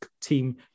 Team